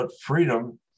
freedom